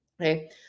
Okay